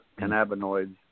cannabinoids